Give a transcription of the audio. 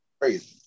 crazy